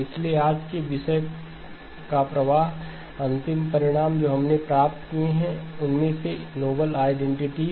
इसलिए आज के विषयों का प्रवाह अंतिम परिणाम जो हमने प्राप्त किए हैं उनमें से नोबल आइडेंटिटीस